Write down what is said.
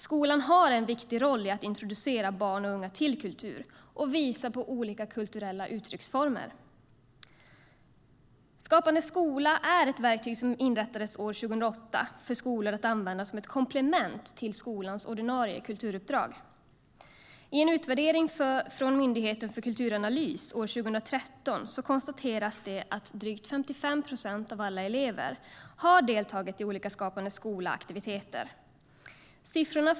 Skolan har en viktig roll i att introducera barn och unga till kultur och visa på olika kulturella uttrycksformer. Skapande skola är ett verktyg som inrättades år 2008 för skolor att använda som ett komplement till skolans ordinarie kulturuppdrag. I en utvärdering från Myndigheten för kulturanalys år 2013 konstateras att drygt 55 procent av alla elever har deltagit i olika Skapande skola-aktiviteter.